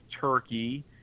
turkey